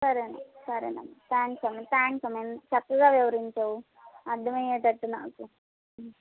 సరేనమ్మ సరేనమ్మ థ్యాంక్స్ అమ్మ థ్యాంక్స్ అమ్మ ఎంత చక్కగా వివరించావు అర్ధం అయ్యేటట్టు నాకు